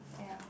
ya